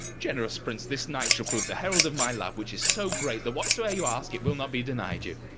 generous prince, this night shall prove the herald of my love, which is so great that whatsoe'er you ask it will not be denied you.